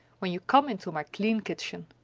when you come into my clean kitchen.